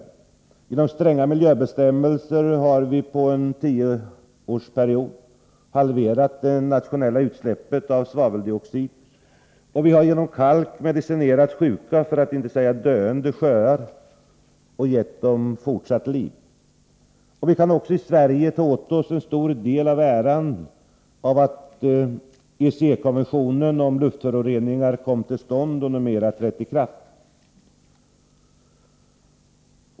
Genom stränga miljöbestämmelser har vi på en tioårsperiod halverat det nationella utsläppet av svaveldioxid. Vi har genom kalk medicinerat sjuka — för att inte säga döende — sjöar och gett dem fortsatt liv. Vi kan också i Sverige ta åt oss en stor del av äran av att ECE-konventionen om luftföroreningar kom till stånd och numera har trätt i kraft.